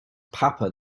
papa